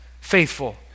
faithful